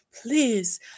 Please